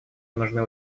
нужны